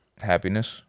Happiness